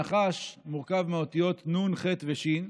נחש מורכב מהאותיות נו"ן, חי"ת ושי"ן.